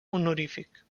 honorífic